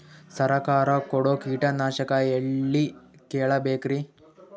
ಸರಕಾರ ಕೊಡೋ ಕೀಟನಾಶಕ ಎಳ್ಳಿ ಕೇಳ ಬೇಕರಿ?